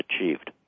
achieved